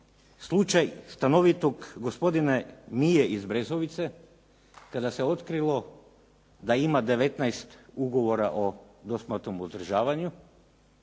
slučaj stanovitog gospodina nije iz Brezovice kada se otkrilo da ma 19 ugovora o dosmrtnom uzdržavanju,